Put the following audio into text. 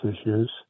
issues